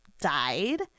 died